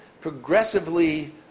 progressively